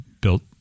built